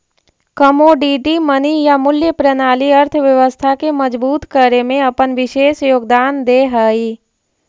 commodity money या मूल्य प्रणाली अर्थव्यवस्था के मजबूत करे में अपन विशेष योगदान दे हई